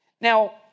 Now